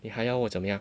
你还要我怎么样